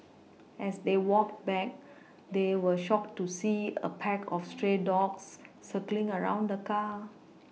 as they walked back they were shocked to see a pack of stray dogs circling around the car